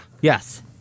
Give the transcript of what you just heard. yes